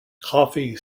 coffee